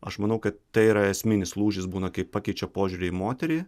aš manau kad tai yra esminis lūžis būna kai pakeičia požiūrį į moterį